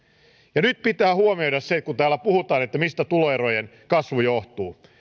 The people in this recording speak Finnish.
ja nyt pitää huomioida kun täällä puhutaan mistä tuloerojen kasvu johtuu